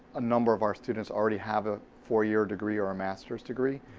a number of our students already have a four year degree or a master's degree.